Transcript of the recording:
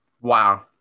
Wow